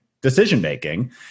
decision-making